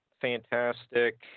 fantastic